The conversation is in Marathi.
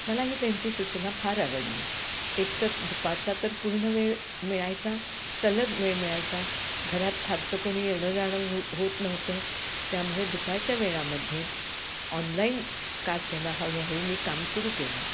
मला ही त्यांची सूचना फार आवडली एकतर दुपारचा तर पूर्ण वेळ मिळायचा सलग वेळ मिळायचा घरात फारसं कोणी येणं जाणं हो होत नव्हतं त्यामुळे दुपारच्या वेळामध्ये ऑनलाईन का असेना हळूहळू मी काम सुरू केलं